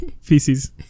feces